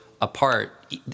apart